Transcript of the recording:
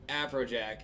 Afrojack